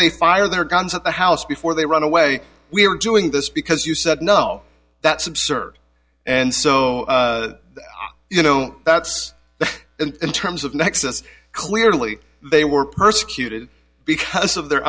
they fire their guns at the house before they run away we are doing this because you said no that's absurd and so you know that's in terms of nexus clearly they were persecuted because of their